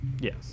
Yes